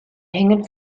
hängen